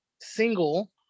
single